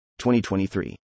2023